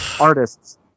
artists